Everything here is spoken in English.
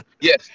yes